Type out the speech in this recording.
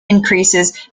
increases